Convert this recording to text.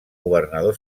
governador